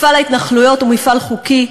מפעל ההתנחלויות הוא מפעל חוקי.